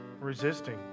resisting